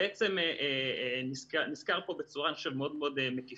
בעצם נזכרו פה בצורה אני חושב מאוד מאוד מקיפה,